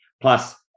Plus